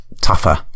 tougher